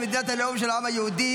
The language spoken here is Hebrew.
מדינת הלאום של העם היהודי